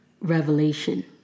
revelation